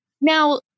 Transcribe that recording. Now